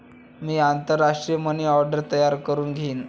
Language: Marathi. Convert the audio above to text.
मी आंतरराष्ट्रीय मनी ऑर्डर तयार करुन घेईन